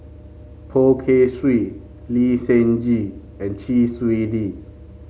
Poh Kay Swee Lee Seng Gee and Chee Swee Lee